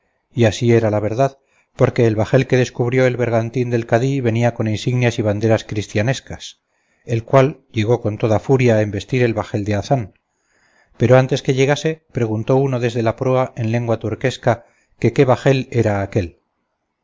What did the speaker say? y así era la verdad porque el bajel que descubrió el bergantín del cadí venía con insignias y banderas cristianescas el cual llegó con toda furia a embestir el bajel de hazán pero antes que llegase preguntó uno desde la proa en lengua turquesca que qué bajel era aquél